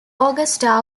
augusta